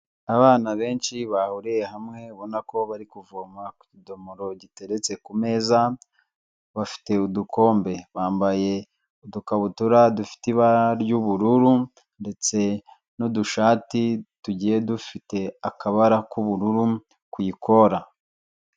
Abana benshi bahuriye hamwe, ubona ko bari kuvoma ku kidomoro giteretse ku meza, bafite udukombe bambaye udukabutura dufite ibara ry'ubururu, ndetse n'udushati tugiye dufite akabara k'ubururu, ku ikora.